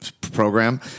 program